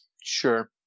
Sure